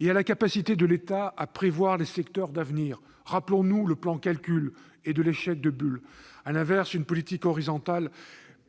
sur la capacité de l'État à prévoir les secteurs d'avenir : rappelons-nous le plan Calcul et l'échec de Bull